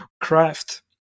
craft